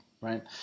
right